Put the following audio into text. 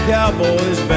Cowboys